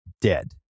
dead